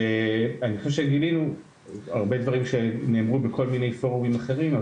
ואני חושב שגילינו הרבה דברים שנאמרו בכל מיני פורומים אחרים,